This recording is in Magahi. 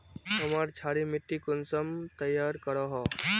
हमार क्षारी मिट्टी कुंसम तैयार करोही?